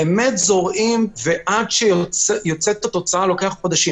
עד שלנו יש תוצאה לוקחים חודשים.